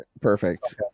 Perfect